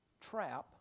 trap